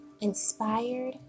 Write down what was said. inspired